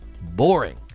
boring